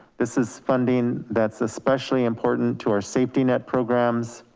this is funding that's especially important to our safety net programs